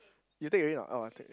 you take already or not orh I take